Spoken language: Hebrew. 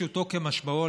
פשוטו כמשמעו,